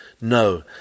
No